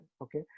okay